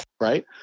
right